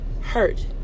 hurt